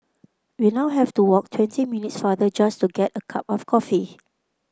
we now have to walk twenty minutes farther just to get a cup of coffee